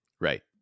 Right